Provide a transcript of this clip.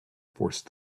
forced